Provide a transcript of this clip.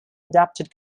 adapted